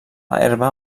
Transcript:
herba